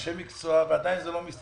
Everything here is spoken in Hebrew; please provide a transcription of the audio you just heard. יש אנשי מקצוע ועדיין זה לא מסתדר.